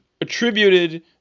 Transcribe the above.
attributed